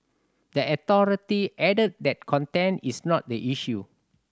the authority added that content is not the issue